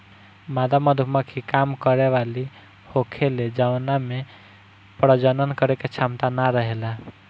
मादा मधुमक्खी काम करे वाली होखेले जवना में प्रजनन करे के क्षमता ना रहेला